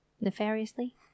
nefariously